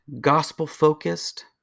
gospel-focused